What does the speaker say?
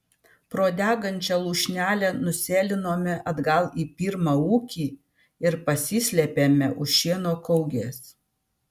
pro degančią lūšnelę nusėlinome atgal į pirmą ūkį ir pasislėpėme už šieno kaugės